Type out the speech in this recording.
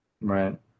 right